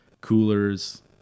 coolers